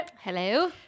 Hello